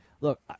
look